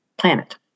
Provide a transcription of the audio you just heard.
planet